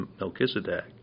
Melchizedek